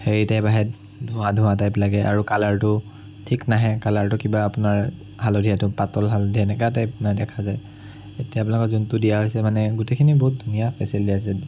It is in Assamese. হেৰি টাইপ আহে ধোঁৱা ধোঁৱা টাইপ আহে আৰু কালাৰটো ঠিক নাহে কালাৰটো কিবা আপোনাৰ হালধীয়াটো পাতল হালধীয়া এনেকুৱা টাইপ মানে দেখা যায় এতিয়া আপোনালোকৰ যোনটো দিয়া হৈছে মানে গোটেইখিনি খুব ধুনীয়া ফেচিলিটি আছে